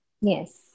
Yes